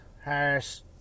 Harris